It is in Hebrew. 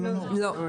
לא, לא.